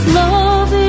love